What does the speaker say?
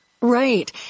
Right